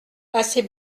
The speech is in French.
assez